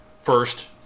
first